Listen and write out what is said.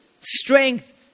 strength